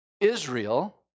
Israel